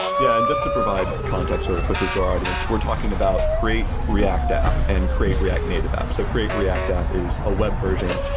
yeah just to provide context really quickly to our audience, we're talking about create react app and crate react native app. so create react app is a web version,